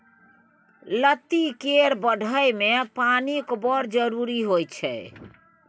लत्ती केर बढ़य मे पानिक बड़ जरुरी होइ छै